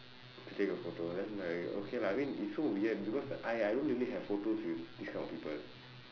to take a photo then like okay lah I mean it's so weird because I I don't really have photos with these kind of people